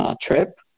Trip